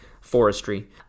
forestry